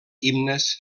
himnes